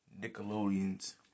Nickelodeon's